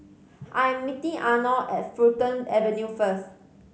I am meeting Arno at Fulton Avenue first